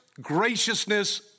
graciousness